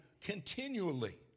continually